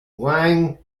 wang